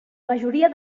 majoria